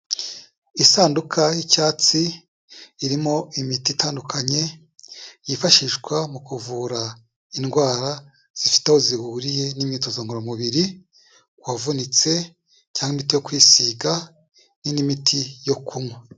Isanduka y'icyatsi, irimo imiti itandukanye yifashishwa mu kuvura indwara zifite aho zihuriye n'imyitozo ngororamubiri k'uwavunitse, cyangwa iyo kwisiga, n'indi miti yo kunywa.